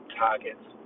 targets